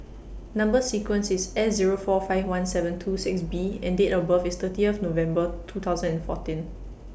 Number sequence IS S Zero four five one seven two six B and Date of birth IS thirty of November two thousand and fourteen